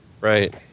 right